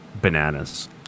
bananas